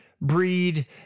breed